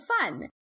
fun